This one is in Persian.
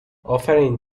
آفرین